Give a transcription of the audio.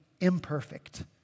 imperfect